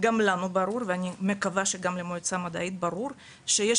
גם לנו ברור ואני מקווה שגם למועצה המדעית ברור שיש